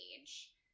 age